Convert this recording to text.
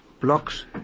blocks